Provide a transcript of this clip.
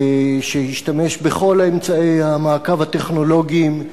שהשתמש בכל אמצעי המעקב הטכנולוגיים,